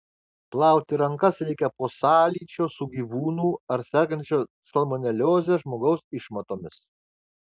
plauti rankas reikia po sąlyčio su gyvūnų ar sergančio salmonelioze žmogaus išmatomis